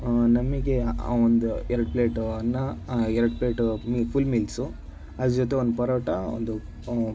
ನಮಗೆ ಒಂದು ಎರಡು ಪ್ಲೇಟ್ ಅನ್ನ ಎರಡು ಪ್ಲೇಟ್ ಮಿ ಫುಲ್ ಮೀಲ್ಸು ಅದರ ಜೊತೆ ಒಂದು ಪರೋಟ ಒಂದು